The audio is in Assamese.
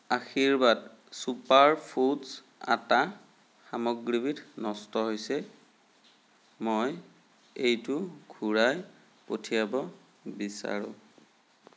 আশীৰ্বাদ চুপাৰ ফুডছ আটা সামগ্ৰীবিধ নষ্ট হৈছে মই এইটো ঘূৰাই পঠিয়াব বিচাৰোঁ